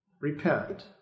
Repent